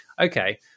Okay